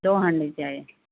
دو ہانڈی چاہیے